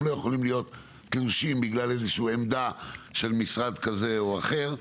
הם לא יכולים להיות תלושים בגלל איזושהי עמדה של משרד כזה או אחר.